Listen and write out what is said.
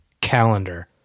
calendar